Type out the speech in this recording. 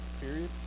Period